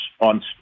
on